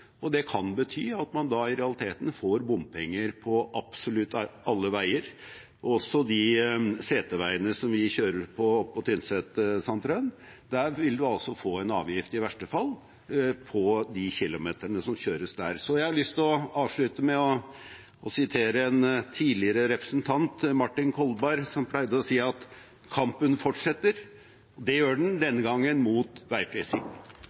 Det kan bety at man da i realiteten får bompenger på absolutt alle veier – også på de seterveiene som vi kjører på oppe på Tynset, Sandtrøen. I verste fall vil vi få en avgift også få en avgift på de kilometerne som kjøres der. Jeg har lyst til å avslutte med å sitere en tidligere representant, Martin Kolberg, som pleide å si at kampen fortsetter. Det gjør den, denne gangen mot veiprising.